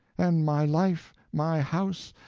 and my life, my house,